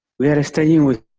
we are starting with